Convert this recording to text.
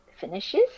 finishes